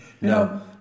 No